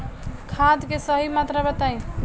खाद के सही मात्रा बताई?